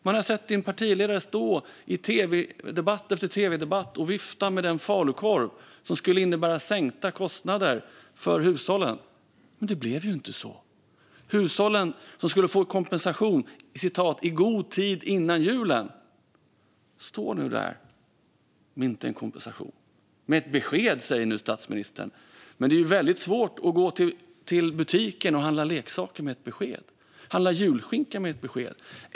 Vi har sett din partiledare stå i tv-debatt efter tv-debatt och vifta med den falukorv som skulle innebära sänkta kostnader för hushållen. Det blev inte så. Hushållen som skulle få kompensation "i god tid före jul" står nu där utan kompensation. Man har fått ett besked, säger nu statsministern. Men det är väldigt svårt att gå till butiken och handla leksaker eller julskinka med ett besked.